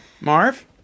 Marv